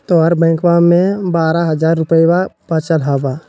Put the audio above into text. तोहर बैंकवा मे बारह हज़ार रूपयवा वचल हवब